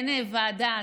אין ועדה,